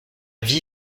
vie